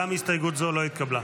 גם הסתייגות זו לא התקבלה.